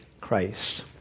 Christ